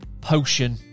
potion